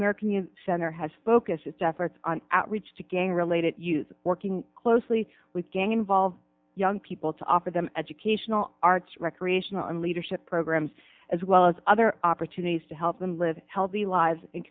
american youth center has focused its efforts on outreach to gang related use working closely with gang involved young people to offer them educational arts recreational and leadership programs as well as other opportunities to help them live healthy lives